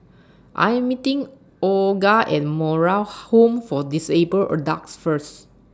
I'm meeting Olga At Moral Home For Disabled Adults First